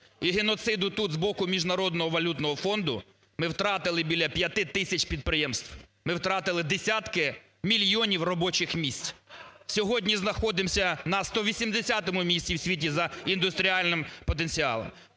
і геноциду тут з боку Міжнародного валютного фонду ми втратили біля 5 тисяч підприємств, ми втратили десятки мільйонів робочих місць. Сьогодні знаходимося на 180-му місці в світі за індустріальним потенціалом.